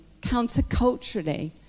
counterculturally